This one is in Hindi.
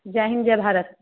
जय हिन्द जय भारत